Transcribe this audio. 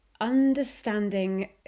understanding